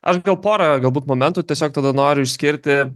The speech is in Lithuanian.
aš gal porą galbūt momentų tiesiog tada noriu išskirti